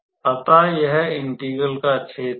अतः यह इंटेग्रल का क्षेत्र है